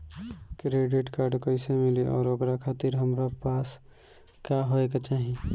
Credit card कैसे मिली और ओकरा खातिर हमरा पास का होए के चाहि?